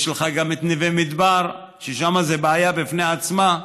ויש לך גם את נווה מדבר, ששם זה בעיה בפני עצמה.